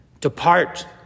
Depart